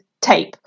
tape